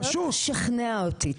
אתה לא צריך לשכנע אותי,